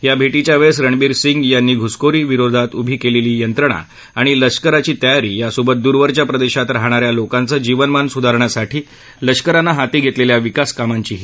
या भट्टीव्या वळवी रणबीर सिंग यांना घुसखोरी विरोधात उभी कल्विदी यंत्रणा आणि लष्कराची तयारी यासोबत दूरवरच्या प्रदधीत राहणार्या लोकांचं जीवनमान सुधारण्यासाठी लष्करानं हाती घरक्रिखी विकासकामांचीही माहिती दिली